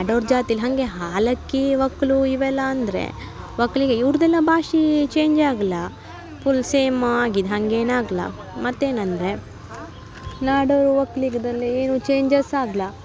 ನಾಡೋರ ಜಾತಿಲಿ ಹಾಗೆ ಹಾಲಕ್ಕಿ ಒಕ್ಲು ಇವೆಲ್ಲ ಅಂದರೆ ಒಕ್ಲಿಗೆ ಇವ್ರದ್ದೆಲ್ಲ ಭಾಷೆ ಚೇಂಜ್ ಆಗಲ್ಲ ಫುಲ್ ಸೇಮ್ ಆಗಿದೆ ಹಂಗೇನಾಗಲ್ಲ ಮತ್ತೇನು ಅಂದರೆ ನಾಡೋರು ಒಕ್ಲಿಗದಲ್ಲೇ ಏನೂ ಚೇಂಜಸ್ ಆಗಲ್ಲ